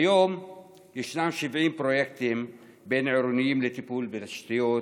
כיום יש 70 פרויקטים בין-עירוניים לטיפול בתשתיות